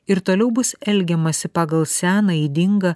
ir toliau bus elgiamasi pagal seną ydingą